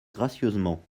gracieusement